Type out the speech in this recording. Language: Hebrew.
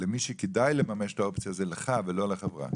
למי שכדאי לממש את האופציה זה לך ולא לחברה.